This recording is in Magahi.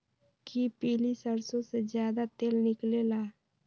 कि पीली सरसों से ज्यादा तेल निकले ला?